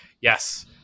yes